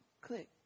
click